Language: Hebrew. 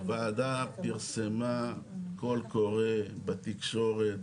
הוועדה פרסמה קול קורא בתקשורת,